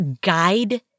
guide